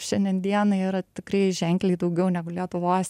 šiandien dienai yra tikrai ženkliai daugiau negu lietuvos